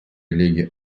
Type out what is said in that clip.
лиги